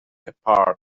apart